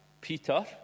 Peter